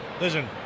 Listen